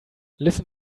listen